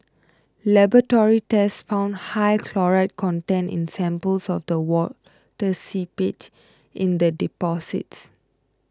laboratory tests found high chloride content in samples of the water seepage and in the deposits